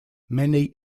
many